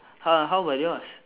how how about yours